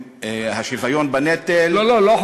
עם השוויון בנטל, לא, זה לא היה עם חוק הגיור.